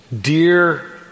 dear